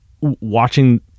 watching